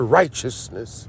righteousness